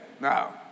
Now